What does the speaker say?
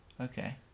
Okay